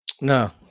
No